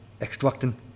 extracting